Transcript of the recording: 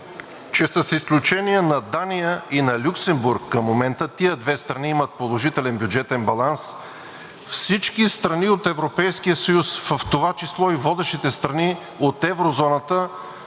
че с изключение на Дания и на Люксембург – към момента тези две страни имат положителен бюджетен баланс, всички страни от Европейския съюз, в това число и водещите страни от еврозоната,